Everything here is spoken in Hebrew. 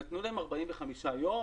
נתנו להם 45 יום.